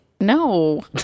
No